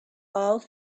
all